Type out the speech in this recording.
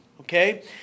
okay